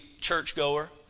churchgoer